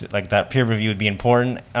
like that peer review would be important.